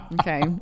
Okay